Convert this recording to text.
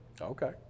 Okay